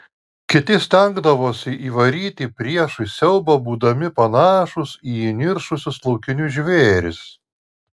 kiti stengdavosi įvaryti priešui siaubą būdami panašūs į įniršusius laukinius žvėris